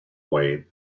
weight